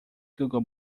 google